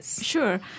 Sure